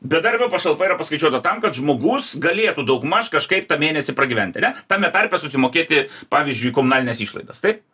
bedarbio pašalpa yra paskaičiuota tam kad žmogus galėtų daugmaž kažkaip tą mėnesį pragyventi ane tame tarpe susimokėti pavyzdžiui komunalines išlaidas taip